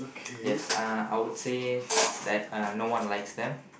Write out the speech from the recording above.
yes uh I would say that uh no ones like them